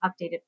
updated